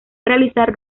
realizar